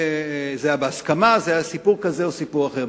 זה היה בהסכמה, זה היה סיפור כזה או סיפור אחר.